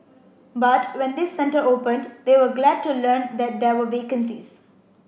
but when this centre opened they were glad to learn that there were vacancies